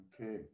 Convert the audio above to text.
Okay